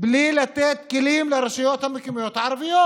בלי לתת כלים לרשויות המקומיות הערביות?